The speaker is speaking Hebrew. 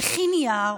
מכין נייר,